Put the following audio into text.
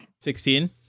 Sixteen